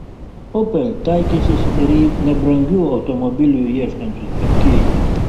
opel taikysis ir į nebrangių automobilių ieškančius pirkėjus